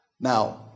Now